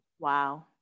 Wow